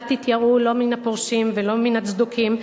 אל תתייראו לא מן הפרושים ולא מן הצדוקים,